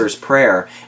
prayer